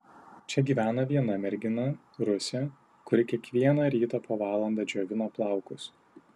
čia gyvena viena mergina rusė kuri kiekvieną rytą po valandą džiovina plaukus